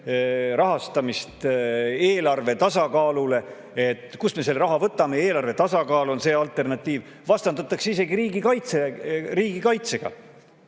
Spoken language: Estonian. rahastamist eelarve tasakaalule, et kust me selle raha võtame, eelarve tasakaal on see alternatiiv. Vastandatakse isegi riigikaitsega